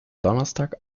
donnerstag